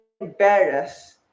embarrassed